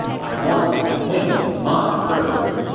i want to have him in my service.